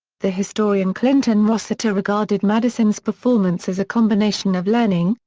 the historian clinton rossiter regarded madison's performance as a combination of learning,